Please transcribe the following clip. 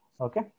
Okay